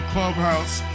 Clubhouse